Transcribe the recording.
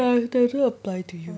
ya it doesn't apply to you